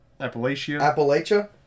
Appalachia